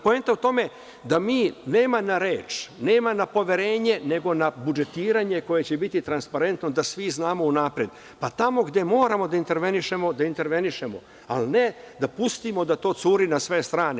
Poenta je u tome da nema na reč, nema na poverenje, nego na budžetiranje koje će biti transparentno, da svi znamo unapred, pa tamo gde moramo da intervenišemo da intervenišemo, a ne da pustimo da to curi na sve strane.